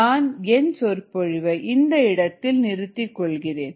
நான் என் சொற்பொழிவை இந்த இடத்தில் நிறுத்திக் கொள்கிறேன்